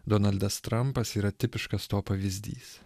donaldas trampas yra tipiškas to pavyzdys